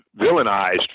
villainized